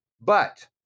But-